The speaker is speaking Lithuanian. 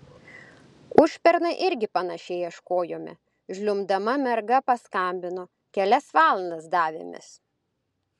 užpernai irgi panašiai ieškojome žliumbdama merga paskambino kelias valandas davėmės